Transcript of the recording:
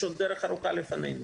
יש עוד דרך ארוכה לפנינו.